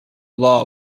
law